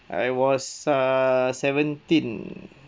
I was err seventeen